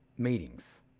meetings